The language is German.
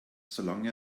solange